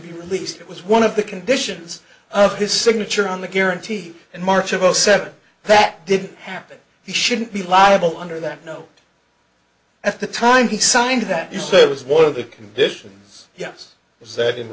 be released it was one of the conditions of his signature on the guarantee in march of zero seven that didn't happen he shouldn't be liable under that no at the time he signed that you said it was one of the conditions yes is that in